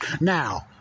Now